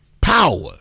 Power